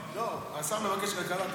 לא, השר מבקש כלכלה, תעשה